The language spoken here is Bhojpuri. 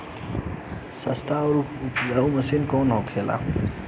सस्ता में उपलब्ध मशीन कौन होखे?